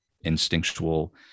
instinctual